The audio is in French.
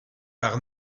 par